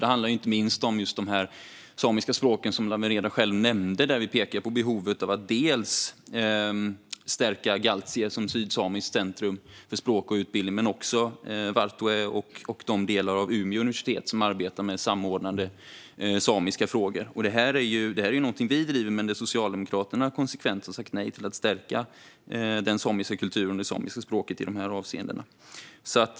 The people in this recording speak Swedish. Det handlar inte minst om just de samiska språk som Lawen Redar själv nämnde, där vi pekar på behovet av att dels stärka Gaaltije som sydsamiskt centrum för språk och utbildning, dels Vaartoe och de delar av Umeå universitet som arbetar med samordnande av samiska frågor. Detta är något som vi driver, men Socialdemokraterna har konsekvent sagt nej till att stärka den samiska kulturen och det samiska språket i dessa avseenden.